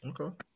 Okay